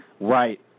Right